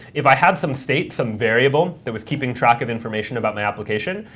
if i had some state, some variable, that was keeping track of information about my application,